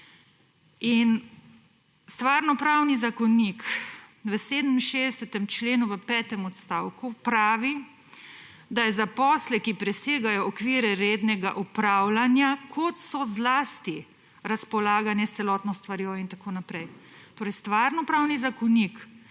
In stvarnopravni zakonik v 67. členu v petem odstavku prav, da je za posle, ki presegajo okvire rednega upravljanja kot so zlasti razpolaganje s celotno stvarjo in tako naprej. Torej, stvarnopravni zakonik